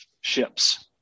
ships